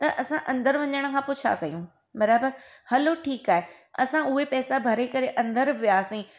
त असां वञणु अंदरु वञण खां पोइ छा कयूं बराबरि हलो ठीकु आहे असां उहे पैसा भरे करे अंदरु वियासीं